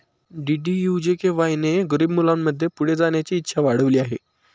DDU GKY ने गरीब मुलांमध्ये पुढे जाण्याची इच्छा वाढविली आहे